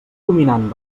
dominant